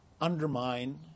undermine